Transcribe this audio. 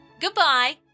Goodbye